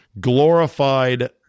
glorified